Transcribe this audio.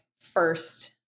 first